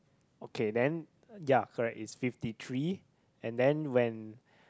okay then ya correct it's fifty three and then when